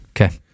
Okay